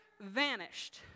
vanished